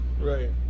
Right